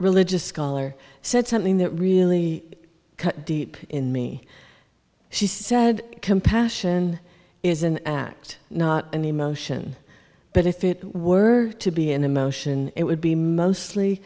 religious scholar said something that really cut deep in me she said compassion is an act not an emotion but if it were to be an emotion it would be mostly